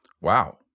Wow